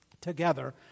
together